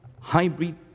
hybrid